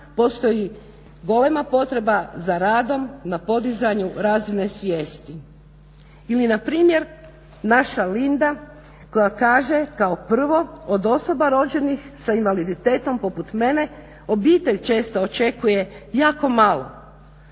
postoji golema potreba za radom na podizanju razine svijesti. Ili npr. naša Linda koja kaže kao prvo od osoba rođenih s invaliditetom poput mene obitelj često očekuje jako malo